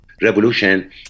revolution